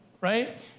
right